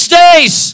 days